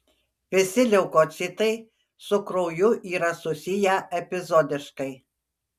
visi leukocitai su krauju yra susiję epizodiškai